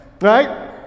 right